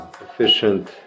efficient